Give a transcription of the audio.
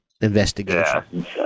investigation